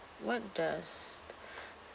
what does